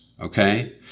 Okay